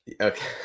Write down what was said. okay